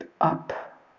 up